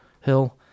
Hill